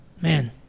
man